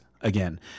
again